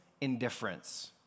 indifference